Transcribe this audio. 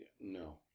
no